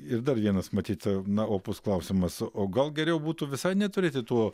ir dar vienas matyt na opus klausimas o gal geriau būtų visai neturėti tų